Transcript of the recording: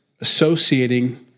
associating